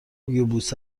یبوست